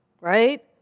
Right